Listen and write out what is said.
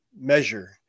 measure